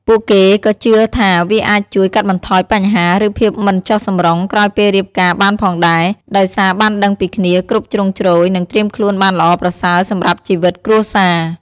ពួកគេក៏ជឿថាវាអាចជួយ កាត់បន្ថយបញ្ហា ឬភាពមិនចុះសម្រុងក្រោយពេលរៀបការបានផងដែរ ដោយសារបានដឹងពីគ្នាគ្រប់ជ្រុងជ្រោយ និងត្រៀមខ្លួនបានល្អប្រសើរសម្រាប់ជីវិតគ្រួសារ។